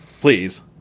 Please